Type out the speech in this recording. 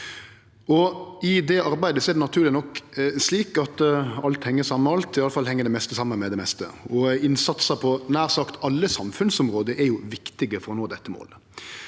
I det arbeidet er det naturleg nok slik at alt heng saman med alt, iallfall heng det meste saman med det meste, og innsatsar på nær sagt alle samfunnsområde er viktige for å nå dette målet.